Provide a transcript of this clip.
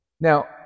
now